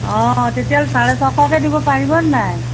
অঁ তেতিয়াহ'লে চাৰে ছশকৈ দিব নাই